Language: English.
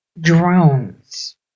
Drones